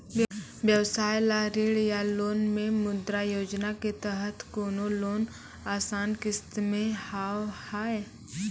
व्यवसाय ला ऋण या लोन मे मुद्रा योजना के तहत कोनो लोन आसान किस्त मे हाव हाय?